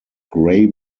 gray